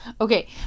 Okay